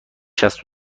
شصت